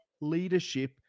leadership